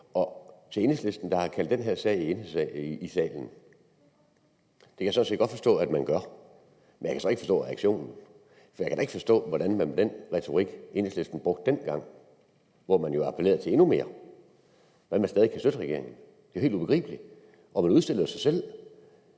Til Enhedslisten, der har taget den her sag op i salen, vil jeg sige, at det kan jeg sådan set godt forstå at man gør, men jeg kan så ikke forstå deres reaktion. Jeg kan ikke forstå, hvordan Enhedslisten med den retorik, man brugte dengang, hvor man jo appellerede til, at der skulle bruges endnu mere, stadig kan støtte regeringen. Det er helt ubegribeligt, og man udstiller jo sig selv